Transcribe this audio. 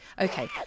Okay